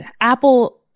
Apple